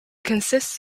consists